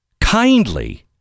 Kindly